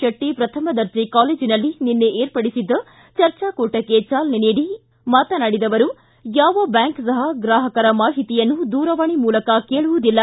ಶೆಟ್ಟ ಶ್ರಥಮ ದರ್ಜೆ ಕಾಲೇಜಿನಲ್ಲಿ ನಿನ್ನೆ ಏರ್ಪಡಿಸಿದ್ದ ಚರ್ಚಾ ಕೂಟಕ್ಕೆ ಚಾಲನೆ ನೀಡಿ ಮಾತನಾಡಿದ ಅವರು ಯಾವ ಬ್ಯಾಂಕ್ ಸಹ ಗ್ರಾಹಕರ ಮಾಹಿತಿಯನ್ನು ದೂರವಾಣಿ ಮೂಲಕ ಕೇಳುವುದಿಲ್ಲ